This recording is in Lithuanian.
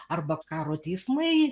arba karo teismai